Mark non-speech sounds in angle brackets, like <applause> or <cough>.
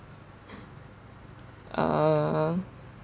<breath> uh